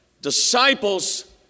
disciples